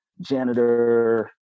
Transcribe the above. janitor